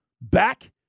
back